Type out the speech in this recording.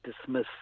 dismiss